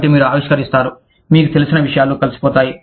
కాబట్టి మీరు ఆవిష్కరిస్తారు మీకు తెలిసిన విషయాలు కలిసిపోతాయి